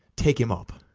take him up.